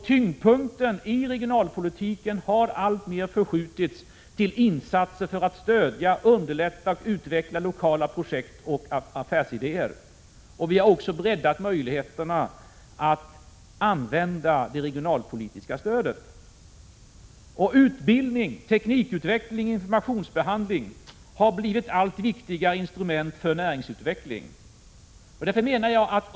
Tyngdpunkten i regionalpolitiken har alltmer förskjutits till insatser för att stödja och underlätta utveckling av lokala projekt och affärsidéer. Vi har också breddat möjligheterna att använda det regionalpolitiska stödet. Utbildning, teknikutveckling och informationsbehandling har blivit allt viktigare instrument för näringsutveckling.